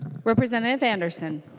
representative and so and